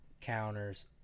counters